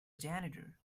janitor